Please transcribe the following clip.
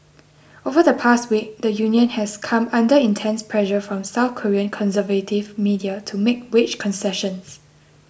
over the past week the union has come under intense pressure from South Korean conservative media to make wage concessions